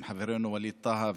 עם חברנו ווליד טאהא,